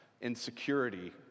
Insecurity